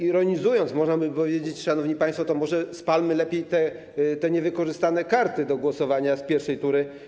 Ironizując, można by powiedzieć tak: szanowni państwo, może spalmy lepiej te niewykorzystane karty do głosowania z pierwszej tury.